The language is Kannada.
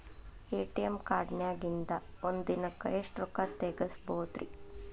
ಎ.ಟಿ.ಎಂ ಕಾರ್ಡ್ನ್ಯಾಗಿನ್ದ್ ಒಂದ್ ದಿನಕ್ಕ್ ಎಷ್ಟ ರೊಕ್ಕಾ ತೆಗಸ್ಬೋದ್ರಿ?